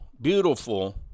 beautiful